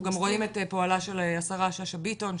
אנחנו גם רואים את פועלה של השרה שאשא ביטון,